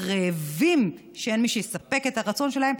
רעבים שאין מי שיספק את הרצון שלהם,